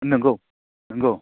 नंगौ नंगौ